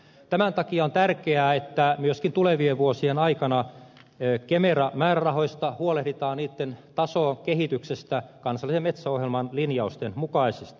tämän takia on tärkeää että myöskin tulevien vuosien aikana kemera määrärahoista niitten tasokehityksestä huolehditaan kansallisen metsäohjelman linjausten mukaisesti